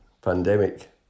pandemic